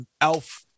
Elf